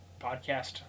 podcast